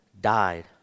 died